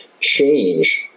change